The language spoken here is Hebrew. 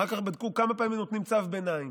אחר כך בדקו כמה פעמים נותנים צו ביניים.